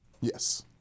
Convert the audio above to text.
Yes